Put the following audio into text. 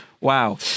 wow